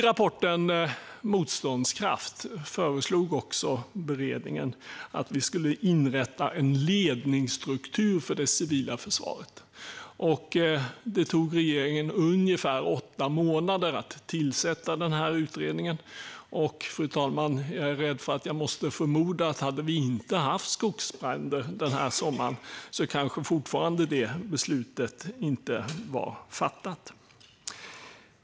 I rapporten Motståndskraft föreslog beredningen också att vi skulle inrätta en ledningsstruktur för det civila försvaret. Det tog regeringen ungefär åtta månader att tillsätta utredningen, fru talman, och jag är rädd att jag måste förmoda att beslutet fortfarande inte skulle vara fattat om vi inte haft skogsbränder den här sommaren.